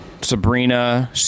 Sabrina